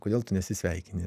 kodėl tu nesisveikini